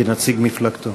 כנציג מפלגתו.